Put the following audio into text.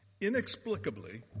Inexplicably